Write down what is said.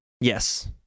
Yes